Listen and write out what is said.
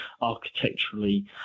architecturally